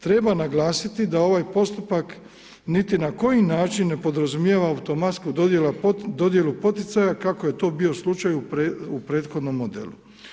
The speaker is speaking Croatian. Treba naglasiti da ovaj postupak niti na koji način ne podrazumijeva automatsku dodjelu poticaja kako je to bio slučaj u prethodnom modelu.